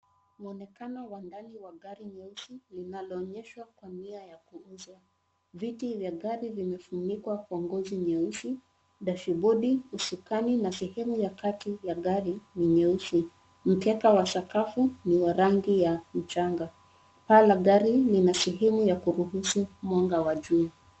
Mwonekano wa ndani wa gari nyeusi linaloonyeshwa kwa nia ya kuuzwa. Viti vya gari vimefunikwa kwa ngozi nyeusi. Dashibodi, usukani na sehemu ya kati ya gari ni nyeusi. Mkeka wa sakafu ni wa rangi ya mchanga. Paa la gari lina sehemu ya kuruhusu mwanga wa jua.